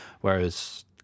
whereas